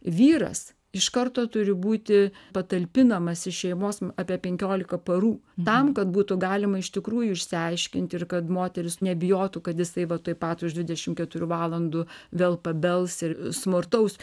vyras iš karto turi būti patalpinamas iš šeimos apie penkiolika parų tam kad būtų galima iš tikrųjų išsiaiškinti ir kad moteris nebijotų kad jisai vat tuoj pat už dvidešimt keturių valandų vėl pabels ir smurtaus